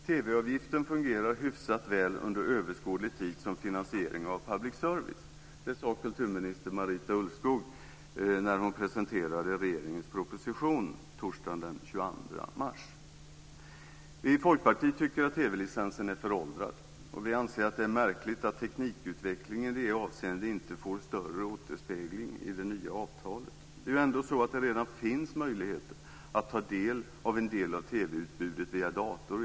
TV-avgiften fungerar hyfsat väl under överskådlig tid som finansiering av public service. Det sade kulturminister Marita Ulvskog när hon presenterade regeringens proposition torsdagen den 22 mars. Vi i Folkpartiet tycker att TV-licensen är föråldrad. Vi anser att det är märkligt att teknikutvecklingen i det avseendet inte får större återspegling i det nya avtalet. Det är ändå så att det redan finns möjligheter att ta del av en del av TV-utbudet via dator.